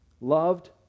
Loved